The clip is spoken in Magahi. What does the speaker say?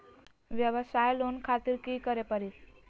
वयवसाय लोन खातिर की करे परी?